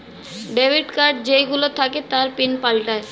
debit card যেই গুলো থাকে তার পিন পাল্টায়ে